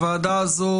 הוועדה הזאת,